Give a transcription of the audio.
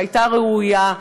שהייתה ראויה,